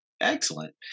Excellent